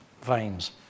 veins